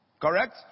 Correct